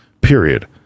period